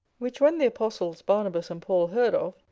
which when the apostles, barnabas and paul, heard of,